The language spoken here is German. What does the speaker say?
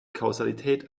kausalität